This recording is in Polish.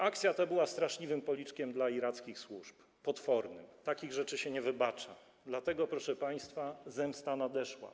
Akcja ta była straszliwym policzkiem dla irackich służb, potwornym, takich rzeczy się nie wybacza, dlatego, proszę państwa, zemsta nadeszła.